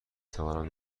توانم